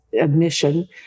admission